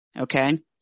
okay